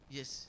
Yes